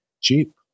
cheap